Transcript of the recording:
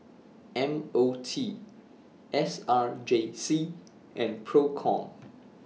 M O T S R J C and PROCOM